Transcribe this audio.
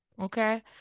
okay